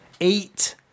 eight